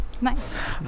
Nice